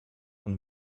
und